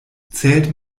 zählt